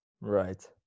Right